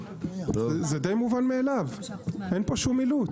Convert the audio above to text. זה די מובן מאליו, אין פה שום אילוץ.